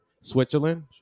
Switzerland